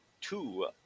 Two